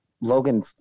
Logan